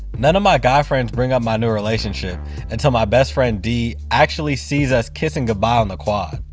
none of my guy friends bring up my new relationship until my best friend d actually sees us kissing goodbye on the quad.